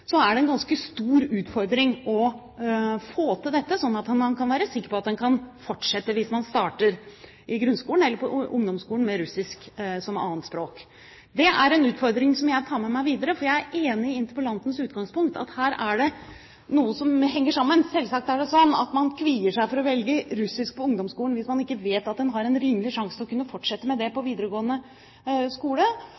er en ganske stor utfordring å få til dette, slik at man kan være sikker på at man kan fortsette hvis man starter med russisk som 2. språk i grunnskolen eller på ungdomsskolen. Det er en utfordring som jeg tar med meg videre. Jeg er enig i interpellantens utgangspunkt, at her er det noe som henger sammen. Selvsagt er det slik at man kvier seg for å velge russisk på ungdomsskolen hvis man ikke vet at man har en rimelig sjanse til å kunne fortsette med det på